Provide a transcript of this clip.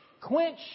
Quench